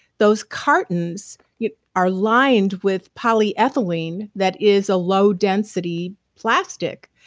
those cartons yeah are lined with polyethylene that is a low density plastic.